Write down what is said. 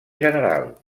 general